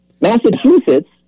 Massachusetts